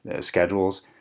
schedules